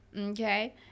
okay